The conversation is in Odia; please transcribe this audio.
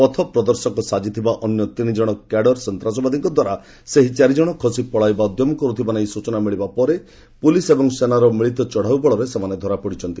ପଥ ପ୍ରଦର୍ଶକ ସାଜିଥିବା ଅନ୍ୟ ତିନିଜଣ କ୍ୟାଡର ସନ୍ତାସବାଦୀଙ୍କ ଦ୍ୱାରା ସେହି ଚାରିଜଣ ଖସି ପଳାଇବା ଉଦ୍ୟମ କରୁଥିବାନେଇ ସ୍ବଚନା ମିଳିବା ପରେ ପୁଲିସ ଏବଂ ସେନାର ମିଳିତ ଚଢ଼ଉ ବଳରେ ସେମାନେ ଧରା ପଡିଛନ୍ତି